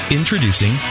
Introducing